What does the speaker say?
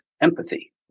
empathy